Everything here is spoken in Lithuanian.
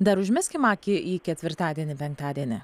dar užmeskim akį į ketvirtadienį penktadienį